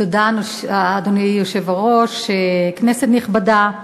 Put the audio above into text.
אדוני היושב-ראש, תודה, כנסת נכבדה,